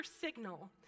signal